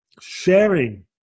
sharing